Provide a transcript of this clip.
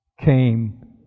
came